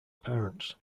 parents